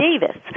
Davis